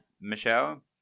Michelle